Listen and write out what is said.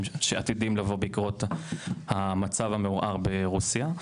שעתידים לבוא בעקבות המצב המעורער ברוסיה.